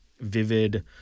vivid